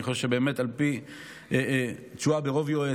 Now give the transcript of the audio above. אני חושב שבאמת תשועה ברוב יועץ.